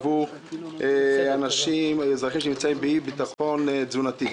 עבור אזרחים שנמצאים באי ביטחון תזונתי.